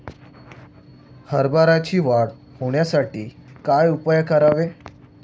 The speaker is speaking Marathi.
हरभऱ्याची वाढ होण्यासाठी काय उपाय करावे?